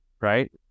right